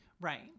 right